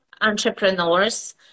entrepreneurs